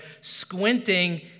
squinting